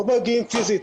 לא מגיעים פיזית,